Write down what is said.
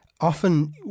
Often